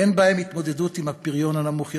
אין בהן התמודדות עם הפריון הנמוך יחסית,